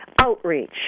outreach